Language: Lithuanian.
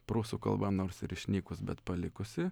prūsų kalba nors ir išnykus bet palikusi